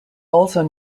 also